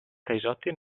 caisotti